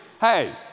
Hey